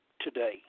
today